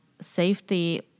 safety